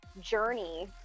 journey